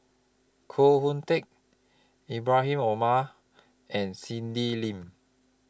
Koh Hoon Teck Ibrahim Omar and Cindy Lim